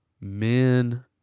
men